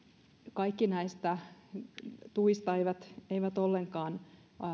kaikki näistä tuista eivät ollenkaan